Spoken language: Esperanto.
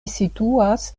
situas